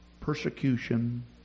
persecution